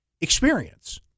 Experience